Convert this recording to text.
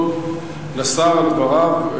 רוצה להודות לשר על דבריו.